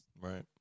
Right